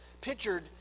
pictured